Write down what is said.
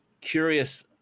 curious